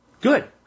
Good